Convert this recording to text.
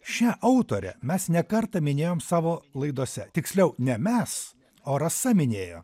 šią autore mes ne kartą minėjom savo laidose tiksliau ne mes o rasa minėjo